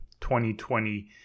2020